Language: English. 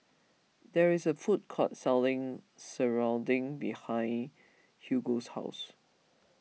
there is a food court selling surrounding behind Hugo's house